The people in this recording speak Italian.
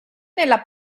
nella